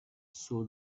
saw